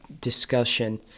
discussion